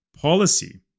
policy